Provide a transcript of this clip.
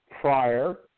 prior